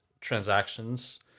transactions